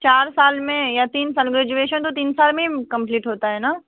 चार साल में या तीन साल में ग्रेजुएशन तो तीन साल में कंप्लीट होता है ना